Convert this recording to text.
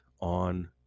on